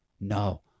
No